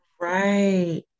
Right